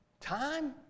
time